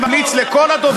אני ממליץ לכל הדוברים,